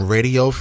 Radio